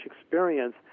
experience